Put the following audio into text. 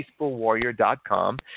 peacefulwarrior.com